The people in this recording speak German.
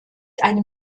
einem